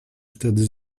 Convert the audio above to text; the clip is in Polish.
wtedy